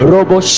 Robo